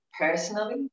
personally